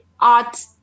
art